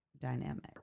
dynamic